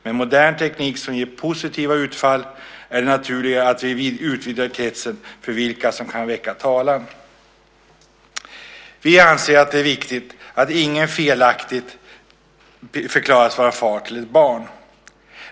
Med modern teknik som ger positiva utfall är det naturligt att vi utvidgar kretsen för vilka som kan väcka talan. Vi anser att det är viktigt att ingen felaktigt förklaras vara far till ett barn.